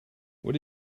what